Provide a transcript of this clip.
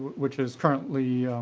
which is currently